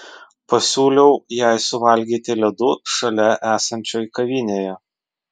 pasiūliau jai suvalgyti ledų šalia esančioj kavinėje